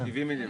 כן,